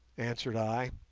answered i,